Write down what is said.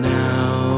now